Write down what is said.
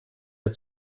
der